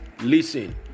Listen